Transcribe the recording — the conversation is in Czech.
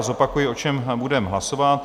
Zopakuji, o čem budeme hlasovat.